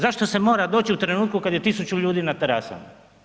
Zašto se mora doći u trenutku kad je tisuću ljudi na terasama?